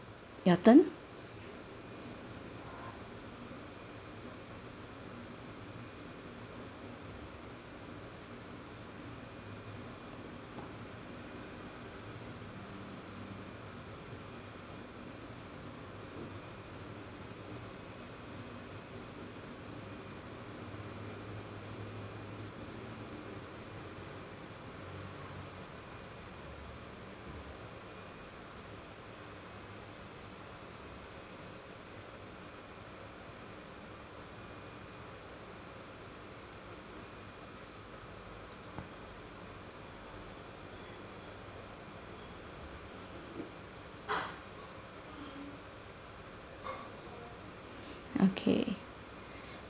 your turn okay